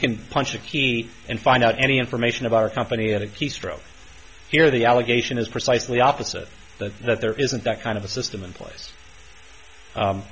can punch a key and find out any information of our company at a keystroke here the allegation is precisely opposite that that there isn't that kind of a system in place